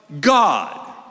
God